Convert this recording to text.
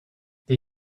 they